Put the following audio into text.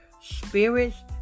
spirits